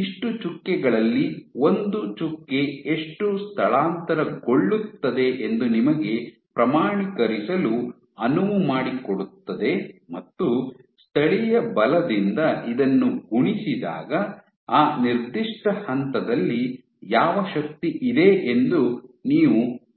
ಇಷ್ಟು ಚುಕ್ಕೆಗಳಲ್ಲಿ ಒಂದು ಚುಕ್ಕೆ ಎಷ್ಟು ಸ್ಥಳಾಂತರಗೊಳ್ಳುತ್ತದೆ ಎಂದು ನಿಮಗೆ ಪ್ರಮಾಣೀಕರಿಸಲು ಅನುವು ಮಾಡಿಕೊಡುತ್ತದೆ ಮತ್ತು ಸ್ಥಳೀಯ ಬಲದಿಂದ ಇದನ್ನು ಗುಣಿಸಿದಾಗ ಆ ನಿರ್ದಿಷ್ಟ ಹಂತದಲ್ಲಿ ಯಾವ ಶಕ್ತಿ ಇದೆ ಎಂದು ನೀವು ತಿಳಿಯುವಿರಿ